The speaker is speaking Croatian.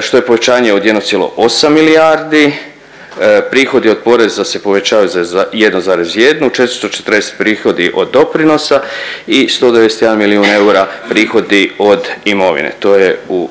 što je povećanje od 1,8 milijardi. Prihodi od poreza se povećavaju za 1,1, 440 prihodi od doprinosa i 191 milijun eura prihodi od imovine, to je u